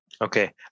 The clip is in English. Okay